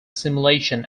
simulation